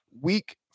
week